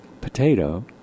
potato